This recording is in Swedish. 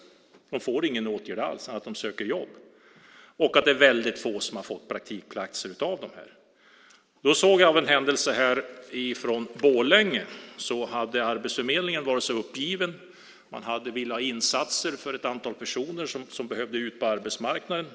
De får ingen åtgärd alls annat än att de söker jobb. Det är väldigt få av dem som har fått praktikplats. Av en händelse såg jag att man på arbetsförmedlingen i Borlänge hade varit så uppgivna och ville ha insatser för ett antal personer som behövde komma ut på arbetsmarknaden.